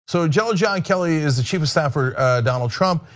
so john john kelly is the chief of staff her donald trump,